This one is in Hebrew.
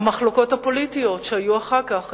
המחלוקות הפוליטיות שהיו אחר כך,